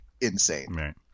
insane